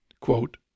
Quote